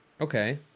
Okay